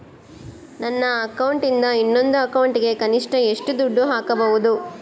ನನ್ನ ಅಕೌಂಟಿಂದ ಇನ್ನೊಂದು ಅಕೌಂಟಿಗೆ ಕನಿಷ್ಟ ಎಷ್ಟು ದುಡ್ಡು ಹಾಕಬಹುದು?